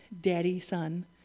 daddy-son